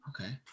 okay